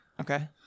Okay